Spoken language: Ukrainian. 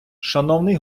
шановний